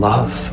Love